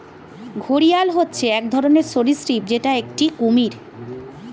ঘড়িয়াল হচ্ছে এক ধরনের সরীসৃপ যেটা একটি কুমির